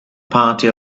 party